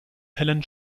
hellen